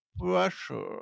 pressure